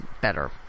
better